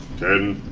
ten,